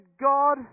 God